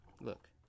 look